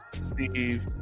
Steve